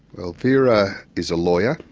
well vera is a lawyer,